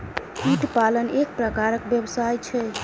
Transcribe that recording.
कीट पालन एक प्रकारक व्यवसाय छै